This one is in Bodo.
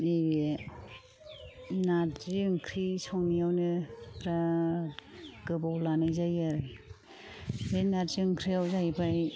नैबे नार्जि ओंख्रि संनायावनो बिराथ गोबाव लानाय जायो आरो बे नार्जि ओंख्रिआव जाहैबाय